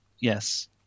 yes